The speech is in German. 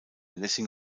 lessing